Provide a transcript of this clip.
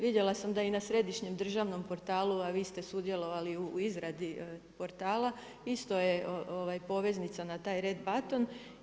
Vidjela sam da i na središnjem državnom portalu, a vi ste sudjelovali u izradi portala, isto je poveznica na taj red button.